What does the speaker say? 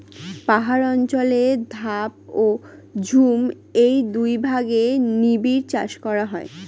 পাহাড় অঞ্চলে ধাপ ও ঝুম এই দুই ভাগে নিবিড় চাষ করা হয়